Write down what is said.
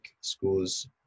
schools